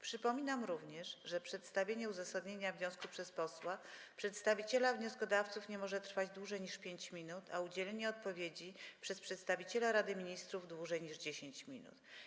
Przypominam również, że przedstawienie uzasadnienia wniosku przez posła przedstawiciela wnioskodawców nie może trwać dłużej niż 5 minut, a udzielenie odpowiedzi przez przedstawiciela Rady Ministrów - dłużej niż 10 minut.